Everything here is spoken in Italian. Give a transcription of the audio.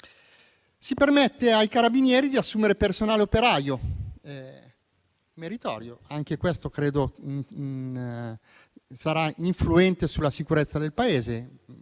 Si permette ai Carabinieri di assumere personale operaio: è meritorio, ma anche questo credo che sarà ininfluente sulla sicurezza del Paese.